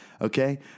okay